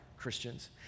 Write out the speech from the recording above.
Christians